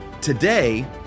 today